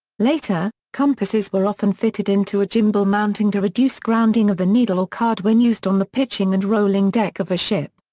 later, compasses were often fitted into a gimbal mounting to reduce grounding of the needle or card when used on the pitching and rolling deck of a ship.